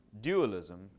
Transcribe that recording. dualism